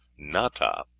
na-ta,